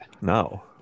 No